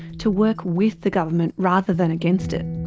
to work with the government rather than against it.